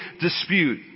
dispute